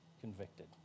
convicted